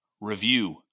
Review